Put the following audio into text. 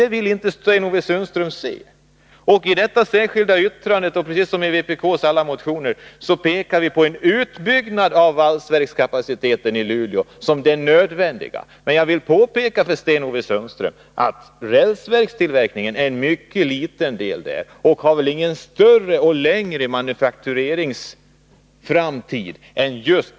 Det vill inte Sten-Ove Sundström se, men i detta särskilda yrkande, liksom i vpk:s alla motioner, pekar vi på utbyggnad av valsverkskapaciteten i Luleå som det nödvändiga. Jag vill påpeka för Sten-Ove Sundström att rälstillverkning är en mycket liten del och inte har någon större manufaktureringsframtid.